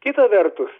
kita vertus